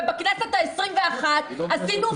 ובכנסת העשרים-ואחת עשינו מיזוג.